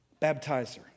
Baptizer